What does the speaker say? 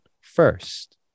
first